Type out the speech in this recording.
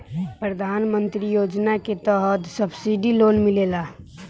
प्रधान मंत्री योजना के तहत सब्सिडी लोन मिलेला